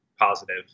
positive